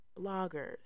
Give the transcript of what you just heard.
bloggers